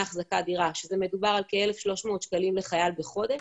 אחזקת דירה שמדובר על כ-1,300 שקלים לחייל בחודש,